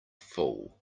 fool